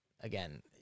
again